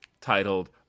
titled